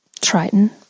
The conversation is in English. Triton